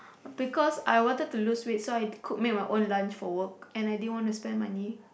because I wanted to lose weight so I cooked made my own lunch for work and I didn't want to spend money